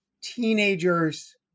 teenagers